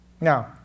Now